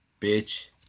Bitch